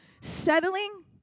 Settling